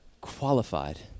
qualified